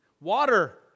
Water